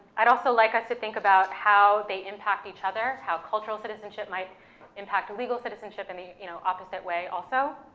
i'd also like us to think about how they impact each other, how cultural citizenship might impact legal citizenship in the, you know, opposite way also.